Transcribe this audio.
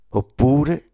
oppure